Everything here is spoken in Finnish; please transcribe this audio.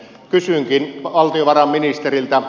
kysynkin valtiovarainministeriltä